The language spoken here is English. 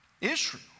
Israel